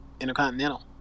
Intercontinental